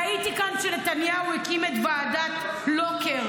והייתי כאן כשנתניהו הקים את ועדת לוקר,